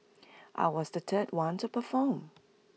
I was the third one to perform